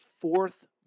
fourth